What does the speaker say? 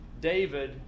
David